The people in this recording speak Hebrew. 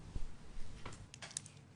משרד ראש